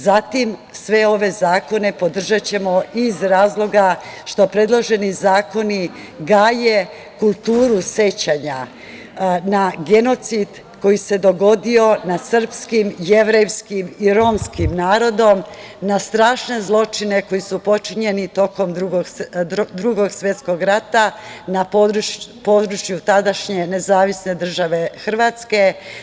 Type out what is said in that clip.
Zatim, sve ove zakone podržaćemo iz razloga što predloženi zakoni gaje kulturu sećanja na genocid koji se dogodio nad srpskim, jevrejskim i romskim narodom, na strašne zločine koji su počinjeni tokom Drugog svetskog rata na području tadašnje NDH.